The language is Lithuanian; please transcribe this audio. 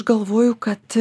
galvoju kad